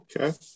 Okay